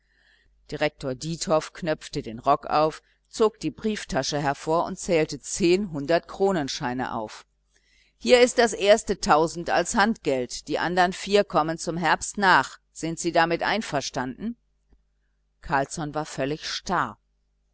direktor diethoff knöpfte den rock auf zog die brieftasche hervor und zählte zehn hundertkronenscheine auf hier ist das erste tausend als handgeld die andern vier kommen zum herbst nach sind sie damit einverstanden carlsson war völlig starr